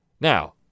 Now